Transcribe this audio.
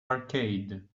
arcade